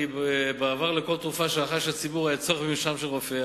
כי בעבר לכל תרופה שרכש הציבור היה צורך במרשם של רופא.